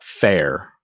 fair